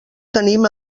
tenim